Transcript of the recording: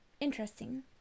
interesting